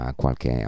qualche